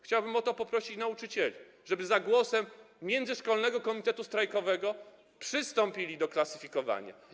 Chciałbym poprosić nauczycieli, żeby idąc za głosem międzyszkolnego komitetu strajkowego, przystąpili do klasyfikowania.